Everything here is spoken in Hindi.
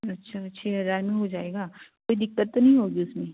अच्छा छः हज़ार में हो जाएगा कोई दिक्कत तो नहीं होगी उसमें